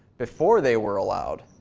before they were allowed?